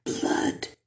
blood